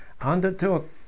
undertook